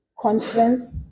conference